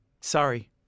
Sorry